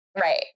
Right